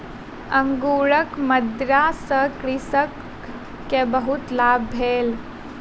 अंगूरक मदिरा सॅ कृषक के बहुत लाभ भेल